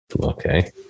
okay